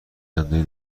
زنده